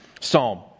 psalm